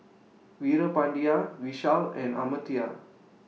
Veerapandiya Vishal and Amartya